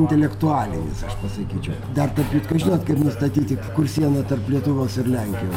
intelektualinis aš pasakyčiau dar tarp kitko žinot kaip nustatyti kur siena tarp lietuvos ir lenkijos